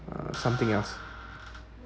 uh something else